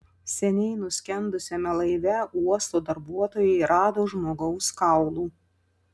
seniai nuskendusiame laive uosto darbuotojai rado žmogaus kaulų